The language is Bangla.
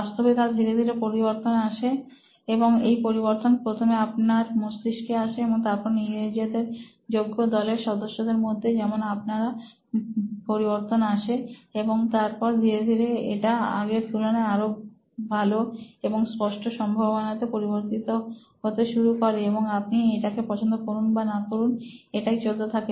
বাস্তবে তাতে ধীরে ধীরে পরিবর্তন আসে এবং এই পরিবর্তন প্রথমে আপনার মস্তিষ্কে আসে এবং তারপর নিজেদের যোগ্য দলের সদস্যদের মধ্যে যেমন আপনারা পরিবর্তন আসে এবং তারপর ধীরে ধীরে এটা আগের তুলনায় আরো ভালো এবং স্পষ্ট সম্ভাবনা তে পরিবর্তিত হতে শুরু করে এবং আপনি এটাকে পছন্দ করুন বা না করুন এটা চলতেই থাকে